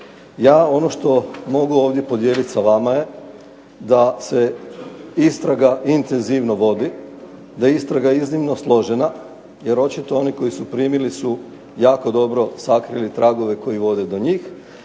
Ja ono što mogu ovdje podijeli sa vama je da se istraga intenzivno vodi, da je istraga iznimno složena. Jer očito oni koji su primili su jako dobro sakrili tragove koji vode do njih